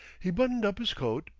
he buttoned up his coat,